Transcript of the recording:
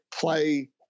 play